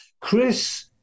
Chris